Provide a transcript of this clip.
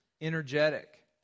energetic